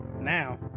Now